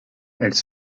elles